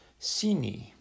Sini